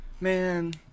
Man